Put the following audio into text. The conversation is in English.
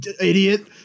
idiot